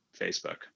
Facebook